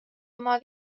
oma